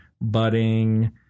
budding